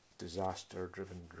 disaster-driven